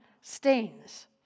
stains